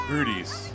Rudy's